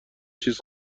چیز